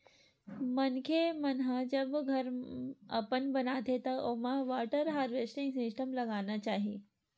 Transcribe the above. मनखे मन ह जब घर अपन बनाथे त ओमा वाटर हारवेस्टिंग सिस्टम लगाना चाही